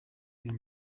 uyu